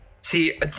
See